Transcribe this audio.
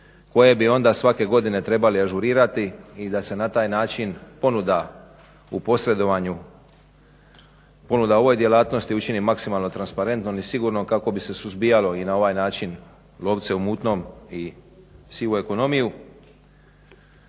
koje bi onda svake godine trebali ažurirati i da se na taj način ponuda u posredovanju ponuda u ovoj djelatnosti učini maksimalno transparentnom i sigurnom kako bi se suzbijalo i na ovaj način lovce u mutnom i sivu ekonomiju.